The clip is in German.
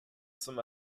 zum